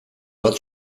bat